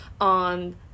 on